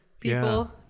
people